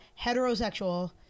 heterosexual